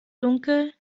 dunkel